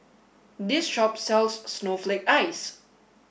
this shop sells snowflake ice